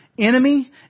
enemy